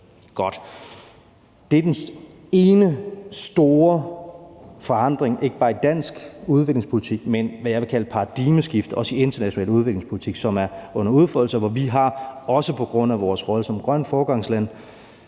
Det er den ene store forandring, ikke bare i dansk udviklingspolitik, men det er også, hvad jeg vil kalde et paradigmeskifte i international udviklingspolitik, som er under udfoldelse, og på grund af vores rolle som grønt foregangsland